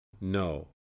No